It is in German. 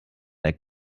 der